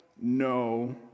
No